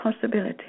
possibility